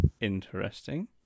Interesting